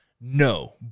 No